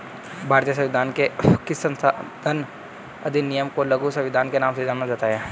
भारतीय संविधान के किस संशोधन अधिनियम को लघु संविधान के नाम से जाना जाता है?